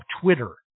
Twitter